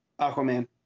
Aquaman